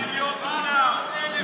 700 מיליון דונם,